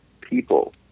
people